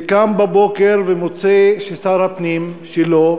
וקם בבוקר ומוצא ששר הפנים שלו